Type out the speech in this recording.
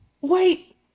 wait